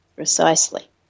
Precisely